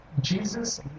Jesus